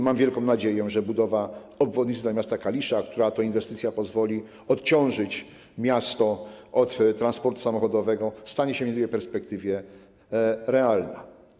Mam wielką nadzieję, że budowa obwodnicy dla miasta Kalisza, która to inwestycja pozwoli odciążyć miasto od transportu samochodowego, stanie się w niedługiej perspektywie realna.